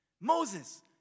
Moses